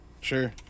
Sure